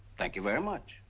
thank you very much.